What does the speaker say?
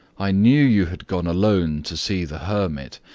i knew you had gone alone to see the hermit,